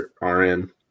RN